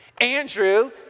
Andrew